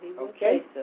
Okay